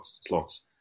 slots